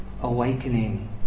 awakening